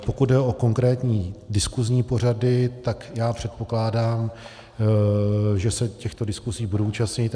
Pokud jde o konkrétní diskusní pořady, tak předpokládám, že se těchto diskusí budu účastnit.